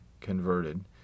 converted